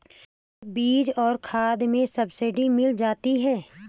क्या बीज और खाद में सब्सिडी मिल जाती है?